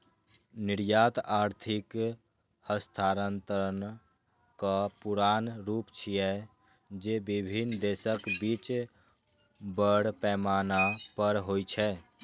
निर्यात आर्थिक हस्तांतरणक पुरान रूप छियै, जे विभिन्न देशक बीच बड़ पैमाना पर होइ छै